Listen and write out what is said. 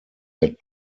that